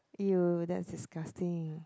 !eww! that's disgusting